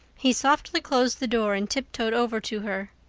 he softly closed the door and tiptoed over to her.